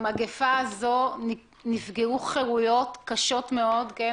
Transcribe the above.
במגפה הזו נפגעו חרויות קשות מאוד, כן?